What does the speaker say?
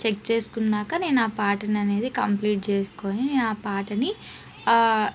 check చేసుకున్నాక నేనా పాటననేది కంప్లీట్ చేసుకొని ఆ పాటని